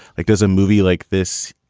like does a movie like this.